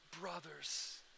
brothers